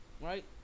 right